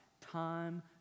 Time